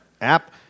app